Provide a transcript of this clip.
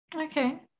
Okay